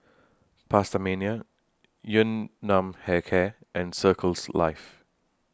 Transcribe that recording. PastaMania Yun Nam Hair Care and Circles Life